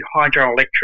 hydroelectric